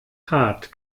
hart